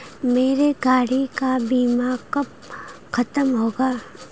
मेरे गाड़ी का बीमा कब खत्म होगा?